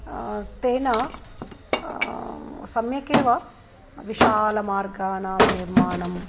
तेन सम्यकेव विशालमार्गानणां निर्माणम्